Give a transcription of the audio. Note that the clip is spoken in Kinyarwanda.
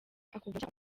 akakubwira